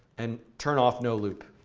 and turn off no loop?